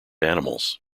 animals